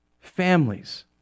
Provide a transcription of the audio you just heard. families